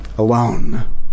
alone